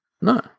No